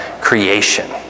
creation